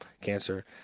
cancer